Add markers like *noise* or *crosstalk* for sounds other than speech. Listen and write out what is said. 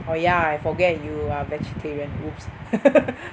oh yeah I forget you are vegetarian !oops! *laughs*